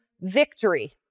victory